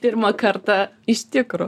pirmą kartą iš tikro